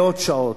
מאות שעות,